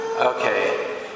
okay